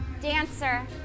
Dancer